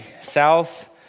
South